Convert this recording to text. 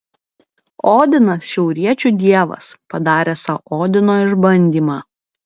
odinas šiauriečių dievas padaręs sau odino išbandymą